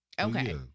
Okay